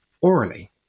orally